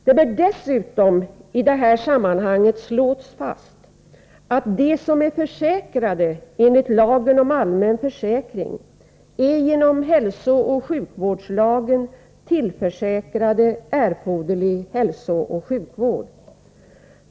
Det bör dessutom i det här sammanhanget slås fast att de som är försäkrade enligt lagen om allmän försäkring, genom hälsooch sjukvårdslagen är tillförsäkrade erforderlig hälsooch sjukvård.